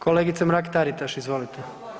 Kolegice Mrak-Taritaš izvolite.